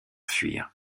fuir